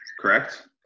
correct